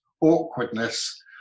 awkwardness